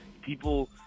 People